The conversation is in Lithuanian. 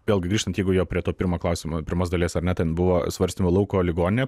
vėl gi grįžtant jeigu jau prie to pirmo klausimo pirmos dalies ar ne ten buvo svarstoma lauko ligoninė